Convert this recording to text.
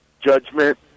judgment